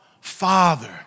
Father